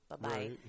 bye-bye